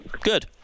Good